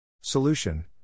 Solution